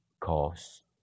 cause